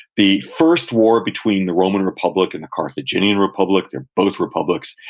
the first war between the roman republic and the carthaginian republic, they're both republics,